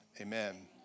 amen